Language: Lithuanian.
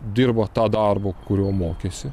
dirba tą darbą kurio mokėsi